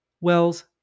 Wells